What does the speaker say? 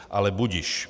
Ale budiž.